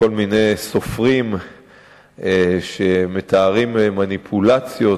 לכל מיני סופרים שמתארים מניפולציות